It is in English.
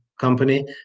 company